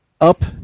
up